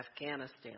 Afghanistan